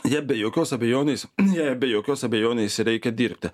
ja be jokios abejonės jąja be jokios abejonės reikia dirbti